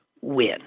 win